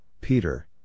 Peter